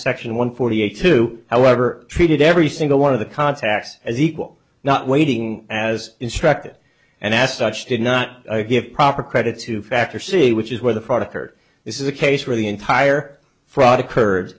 section one forty eight to however treated every single one of the contacts as equal not waiting as instructed and as such did not give proper credit to factor c which is where the product heard this is a case where the entire fraud occurred